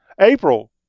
April